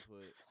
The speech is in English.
put